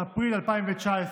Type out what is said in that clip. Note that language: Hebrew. באפריל 2019,